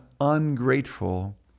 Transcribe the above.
ungrateful